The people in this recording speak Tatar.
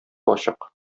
ачык